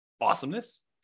Awesomeness